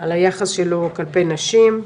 על היחס שלו כלפי נשים,